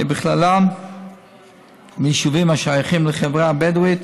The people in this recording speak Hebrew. בכללם ביישובים השייכים לחברה הבדואית,